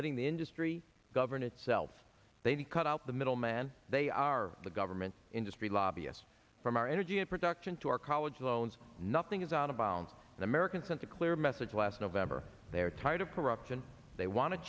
letting the industry govern itself they've cut out the middleman they are the government industry lobbyists from our energy production to our college loans nothing is out of bounds in american sense a clear message last november they're tired of corruption they want to